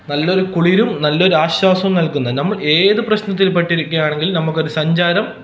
നല്ലൊരു കുളിരും നല്ലൊരു ആശ്വാസവും നൽകുന്ന നമ്മൾ ഏത് പ്രശ്നത്തിൽ പെട്ടിരിക്കുവാണെങ്കിലും നമുക്കൊരു സഞ്ചാരം